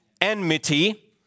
Enmity